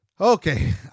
Okay